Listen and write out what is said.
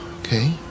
okay